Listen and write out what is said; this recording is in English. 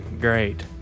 great